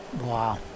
Wow